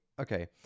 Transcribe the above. Okay